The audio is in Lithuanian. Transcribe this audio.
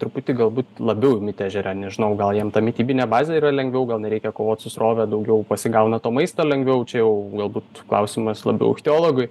truputį galbūt labiau įmitę ežere nežinau gal jiem ta mitybinė bazė yra lengviau gal nereikia kovot su srove daugiau pasigauna to maisto lengviau čia jau galbūt klausimas labiau ichteologui